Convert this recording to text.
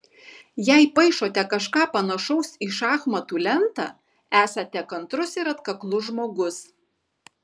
jei paišote kažką panašaus į šachmatų lentą esate kantrus ir atkaklus žmogus